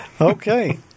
okay